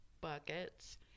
buckets